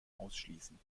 ausschließen